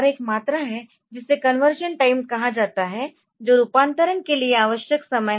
और एक मात्रा है जिसे कन्वर्शन टाइम कहा जाता है जो रूपांतरण के लिए आवश्यक समय है